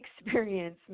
experience